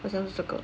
好像是这个